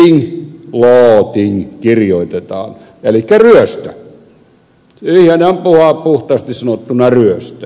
se on looting elikkä ryöstö ihan puhtaasti sanottuna ryöstö